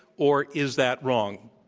or is that wrong?